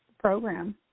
program